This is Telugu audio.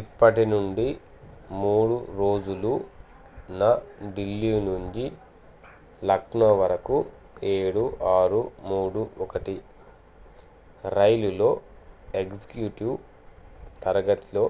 ఇప్పటి నుండి మూడు రోజులు న ఢిల్లీ నుండి లక్నో వరకు ఏడు ఆరు మూడు ఒకటి రైలులో ఎగ్జిక్యూటివ్ తరగతిలో